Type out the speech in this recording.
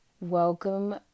welcome